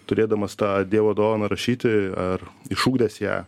turėdamas tą dievo dovaną rašyti ar išugdęs ją